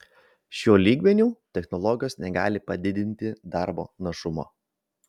šiuo lygmeniu technologijos negali padidinti darbo našumo